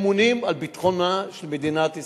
ממונים על ביטחונה של מדינת ישראל,